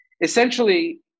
essentially